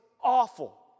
awful